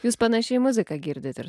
jūs panašiai muziką girdit ir